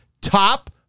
top